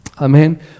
Amen